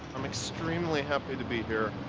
i'm extremely happy to be here,